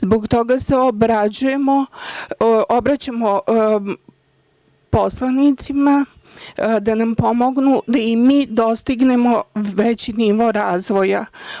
Zbog toga se obraćamo poslanicima da nam pomognu da i mi dostignemo veći nivo razvoja.